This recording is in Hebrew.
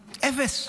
לאפס.